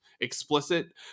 explicit